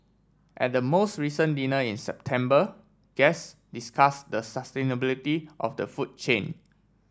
at the most recent dinner in September guest discussed the sustainability of the food chain